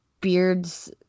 Beards